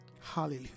Hallelujah